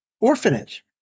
orphanage